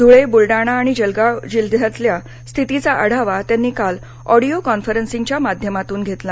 धुळे बूलडाणा आणि जळगाव जिल्ह्यातल्या स्थितीचा आढावा त्यांनी काल ऑडिओ कॉन्फरन्सिंगच्या माध्यमातून घेतला